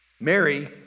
Mary